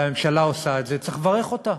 והממשלה עושה את זה, וצריך לברך אותה.